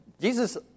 Jesus